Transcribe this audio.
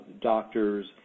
doctors